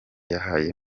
yahaye